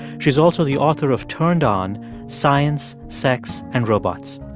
she's also the author of turned on science, sex and robots.